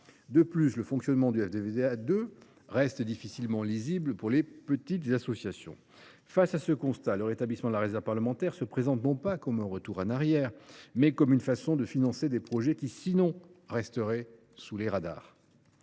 De plus, le fonctionnement du FDVA 2 est difficilement lisible pour les petites associations. Face à ce constat, le rétablissement de la réserve parlementaire se présente non comme un « retour en arrière », mais comme une façon de financer des projets qui resteraient sinon « sous les radars